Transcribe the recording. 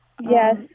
Yes